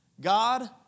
God